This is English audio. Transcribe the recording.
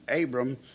Abram